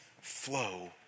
flow